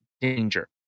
danger